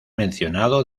mencionado